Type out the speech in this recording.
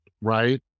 right